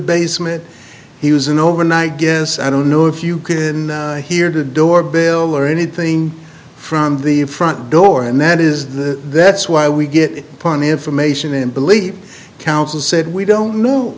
basement he was an overnight guests i don't know if you can hear the door bell or anything from the front door and that is the that's why we get upon information and believe counsel said we don't know